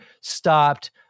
stopped